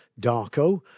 Darko